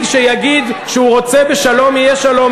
מנהיג שיגיד שהוא רוצה בשלום, יהיה שלום.